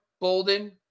Bolden